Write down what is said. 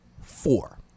four